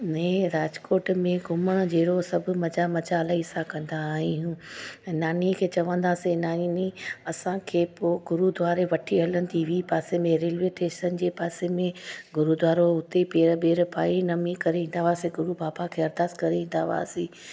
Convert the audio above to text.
ने राजकोट में घुमणु जहिड़ो सभु मज़ा मचालाईसां कंदा आहियूं ऐं नानीअ खे चवंदासीं नानी असांखे पोइ गुरूद्वारे वठी हलंदी ही पासे में रेलवे स्टेशन जे पासे में गुरूद्वारो उते पेर ॿेर पाए नमी करे ईंदा हुआसीं गुरूबाबा खे अरदास करे ईंदा हुआसीं